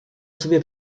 sobie